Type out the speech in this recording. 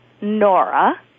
Nora